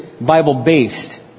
Bible-based